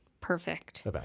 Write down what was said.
Perfect